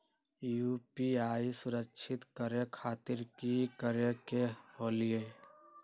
UPI सुरक्षित करे खातिर कि करे के होलि?